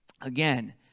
again